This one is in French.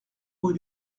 rue